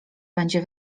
będzie